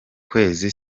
kwezi